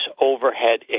overhead